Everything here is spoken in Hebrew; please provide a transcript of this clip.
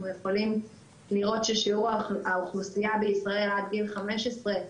יכולים לראות ששיעור האוכלוסייה בישראל עד גיל 15,